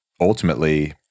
ultimately